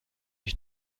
ich